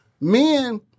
Men